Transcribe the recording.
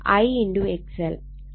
I XL അതിനാൽ XLLω